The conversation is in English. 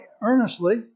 earnestly